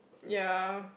ya